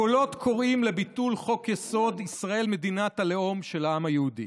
הקולות קוראים לביטול חוק-יסוד: ישראל מדינת הלאום של העם היהודי.